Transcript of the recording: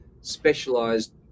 specialized